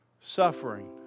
suffering